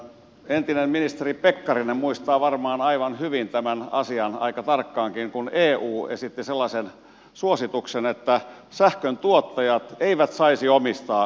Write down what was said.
entinen ministeri pekkarinen muistaa varmaan aivan hyvin tämän asian aika tarkkaankin kun eu esitti sellaisen suosituksen että sähköntuottajat eivät saisi omistaa sähköverkkoa